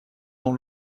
dans